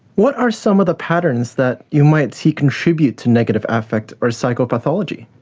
what are some of the patterns that you might see contribute to negative affect or psychopathology?